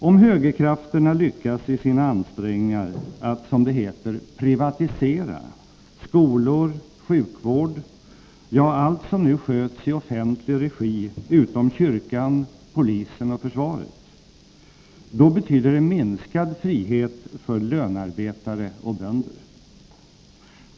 Om högerkrafterna lyckas i sina ansträngningar att, som det heter, privatisera skolor, sjukvård, ja allt som nu sköts i offentlig regi utom kyrkan, polisen och försvaret, då betyder det minskad frihet för lönarbetare och bönder.